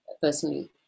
personally